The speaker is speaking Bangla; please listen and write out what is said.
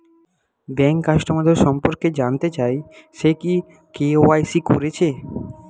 ব্যাংক কাস্টমারদের সম্পর্কে জানতে চাই সে কি কে.ওয়াই.সি কোরেছে